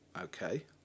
Okay